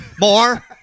More